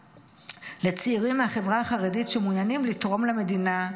לצעירים מהחברה החרדית שמעוניינים לתרום למדינה,